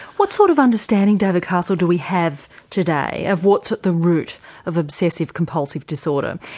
what sort of understanding, david castle, do we have today of what's at the root of obsessive compulsive disorder?